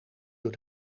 door